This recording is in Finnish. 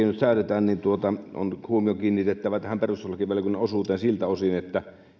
nyt säädetään on kiinnitettävä huomio perustuslakivaliokunnan osuuteen siltä osin että